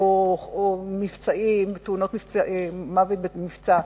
או מוות במבצע,